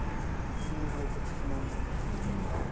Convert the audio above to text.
ᱥᱩᱱᱩᱢ ᱦᱚᱭ ᱥᱩᱱᱩᱢ